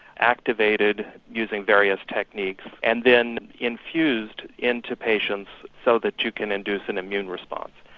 activated using various techniques and then infused into patients so that you can induce an immune response.